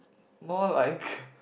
more like